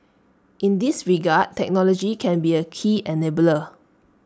in this regard technology can be A key enabler